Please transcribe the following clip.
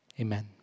amen